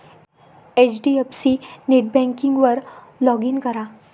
HDFC नेटबँकिंगवर log in करा